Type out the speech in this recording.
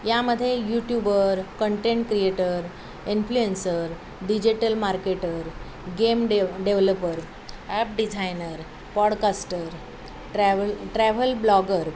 यामध्ये youtuber content creator influencer digital marketer game dev developer app designer podcaster travel travel blogger